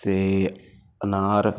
ਅਤੇ ਅਨਾਰ